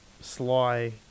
sly